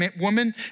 woman